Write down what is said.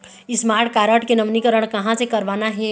Smart card के नवीनीकरण कहां से करवाना हे?